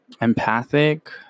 empathic